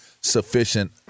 sufficient